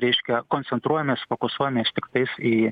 reiškia koncentruojamės fokusuojami tiktais į